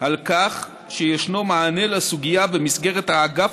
על כך שישנו מענה לסוגיה במסגרת האגף